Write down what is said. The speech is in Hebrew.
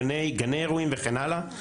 גני אירועים וכן הלאה.